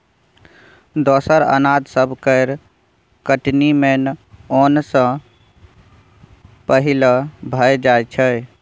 दोसर अनाज सब केर कटनी मेन ओन सँ पहिले भए जाइ छै